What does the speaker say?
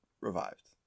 revived